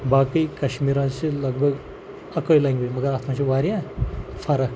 باقٕے کَشمیٖر حظ چھِ لگ بگ اَکٕے لںٛگویج مگر اَتھ منٛز چھِ واریاہ فرق